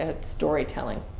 storytelling